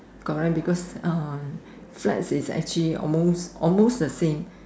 correct because uh flats is actually almost almost the same